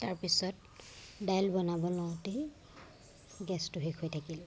তাৰপিছত দাইল বনাব লওঁতেই গেছটো শেষ হৈ থাকিল